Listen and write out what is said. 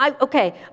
okay